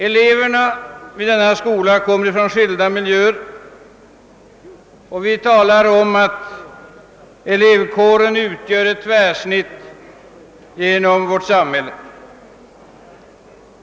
Eleverna vid denna skola kommer från skilda miljöer, och elevkåren utgör ett tvärsnitt genom vårt samhälle.